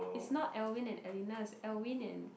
it's not Alvin and Alina it's Alvin and